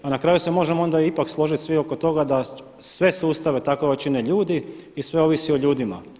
A na kraju se možemo onda ipak složiti ipak svi oko toga da sve sustave takove čine ljudi i sve ovisi o ljudima.